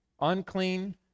unclean